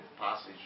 passage